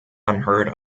unheard